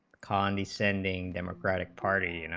condescending democratic party you know